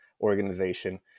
organization